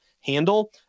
handle